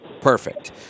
Perfect